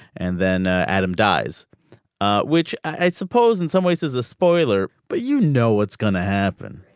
and then ah adam dies which i suppose in some ways is a spoiler but you know what's going to happen.